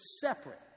separate